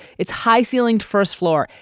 its high ceilinged first floor,